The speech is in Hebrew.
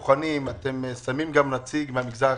הבוחנים אתם שמים גם נציג מהמגזר החרדי,